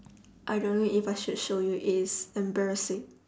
I don't know if I should show you it is embarrassing